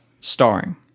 starring